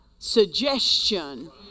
suggestion